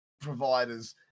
providers